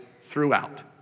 throughout